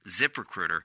ZipRecruiter